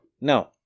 No